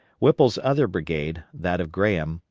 whipple's other brigade, that of graham,